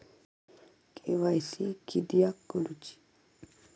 KYC किदयाक करूची?